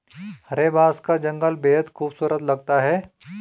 हरे बांस का जंगल बेहद खूबसूरत लगता है